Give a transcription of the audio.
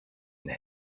and